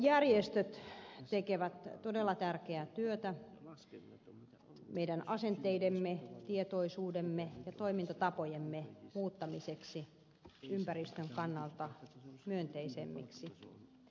kansalaisjärjestöt tekevät todella tärkeää työtä meidän asenteidemme tietoisuutemme ja toimintatapojemme muuttamiseksi ympäristön kannalta myönteisemmiksi